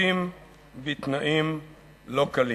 לעתים בתנאים לא קלים.